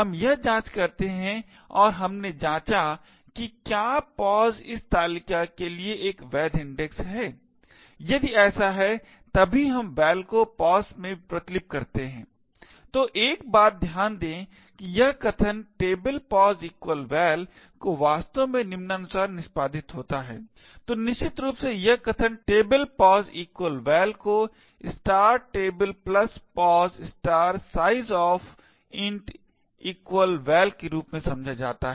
हम यह जाँच करते हैं और हमने जाँचा की कि क्या pos इस तालिका के लिए एक वैध इंडेक्स है यदि ऐसा है तभी हम val को pos में प्रतिलिपि करते हैं तो एक बात ध्यान दें कि यह कथन tableposval को वास्तव में निम्नानुसार निष्पादित होता है तो निश्चित रूप से यह कथन tablepos val को table pos sizeof val के रूप में समझा जाता है